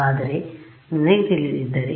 ಆದರೆ ನನಗೆ ತಿಳಿದಿದ್ದರೆ